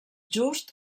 just